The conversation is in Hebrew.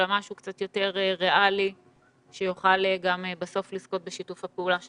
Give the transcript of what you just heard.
אלא משהו קצת יותר ריאלי שיוכל בסוף גם לזכות בשיתוף הפעולה שלכם.